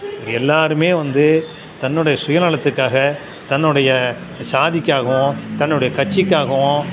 எல்லாேருமே வந்து தன்னுடைய சுயநலத்துக்காக தன்னுடைய சாதிக்காகவும் தன்னுடைய கட்சிக்காகவும்